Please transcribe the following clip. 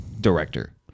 director